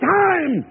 time